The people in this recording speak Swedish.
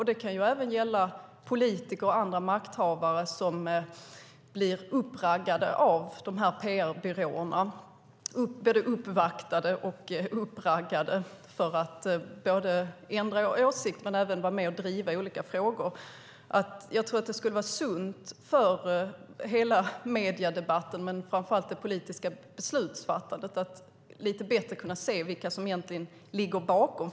Det kan även gälla politiker och andra makthavare som blir uppvaktade och "uppraggade" av PR-byråer för att ändra åsikt eller vara med och driva olika frågor. Jag tror att det skulle vara sunt för hela mediedebatten, men framför allt för det politiska beslutsfattandet, att lite bättre kunna se vilka som egentligen ligger bakom.